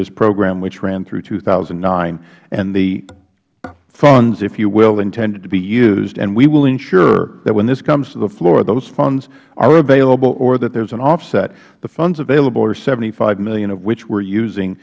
this program which ran through two thousand and nine and the funds if you will intended to be used and we will ensure that when this comes to the floor those funds are available or that there is an offset the funds available are seventy five dollars million of which we are using